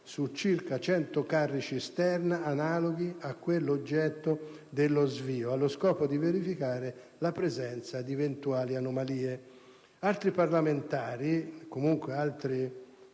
su circa 100 carri cisterna analoghi a quello oggetto dello svio, allo scopo di verificare la presenza di eventuali anomalie. Altri parlamentari ed altri